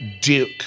Duke